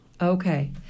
Okay